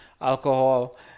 alcohol